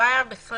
לא היה בכלל,